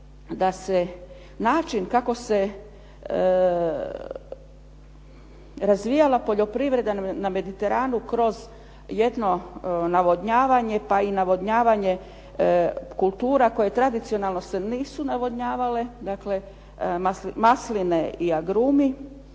način kako se razvijala poljoprivreda na Mediteranu kroz jedno navodnjavanje, pa i navodnjavanje kultura koje tradicionalno se nisu navodnjavale, dakle masline i agrumi,